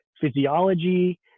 physiology